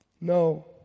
No